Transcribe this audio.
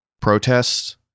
protests